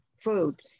food